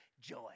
joy